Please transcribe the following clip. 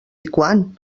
quan